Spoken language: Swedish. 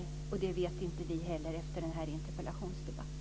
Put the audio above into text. Det vet inte vi heller, efter den här interpellationsdebatten.